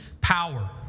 power